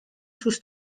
sus